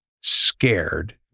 scared